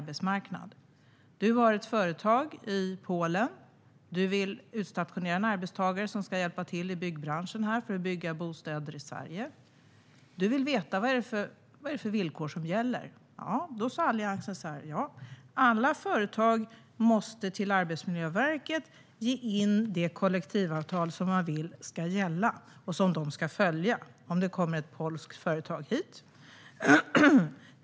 Ett företag i Polen vill utstationera en arbetstagare som ska bygga bostäder i Sverige. Företaget vill veta vad det är för villkor som gäller. Då sa Alliansen: Alla branscher måste till Arbetsmiljöverket ge in det kollektivavtal de vill ska gälla och som det polska företaget ska följa om det kommer hit.